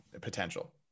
potential